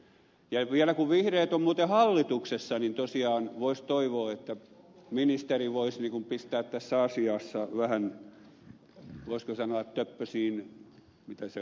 ja vielä kun vihreät ovat muuten hallituksessa niin tosiaan voisi toivoa että ministeri voisi pistää tässä asiassa vähän voisiko sanoa töppösiin lentoa